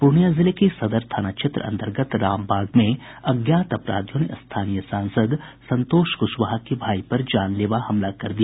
पूर्णिया जिले के सदर थाना क्षेत्र अंतर्गत रामबाग में अज्ञात अपराधियों ने स्थानीय सांसद संतोष कुशवाहा के भाई पर जानलेवा हमला कर दिया